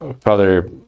Father